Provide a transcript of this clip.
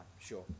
sure